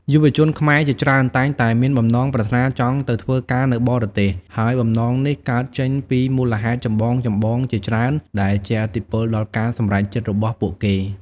យុវជនខ្មែរជាច្រើនតែងតែមានបំណងប្រាថ្នាចង់ទៅធ្វើការនៅបរទេស ហើយបំណងនេះកើតចេញពីមូលហេតុចម្បងៗជាច្រើន ដែលជះឥទ្ធិពលដល់ការសម្រេចចិត្តរបស់ពួកគេ។